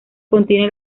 contiene